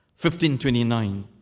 1529